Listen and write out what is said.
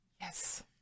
Yes